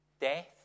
death